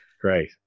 great